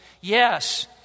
Yes